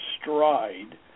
stride